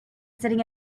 sitting